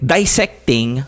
Dissecting